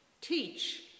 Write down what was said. teach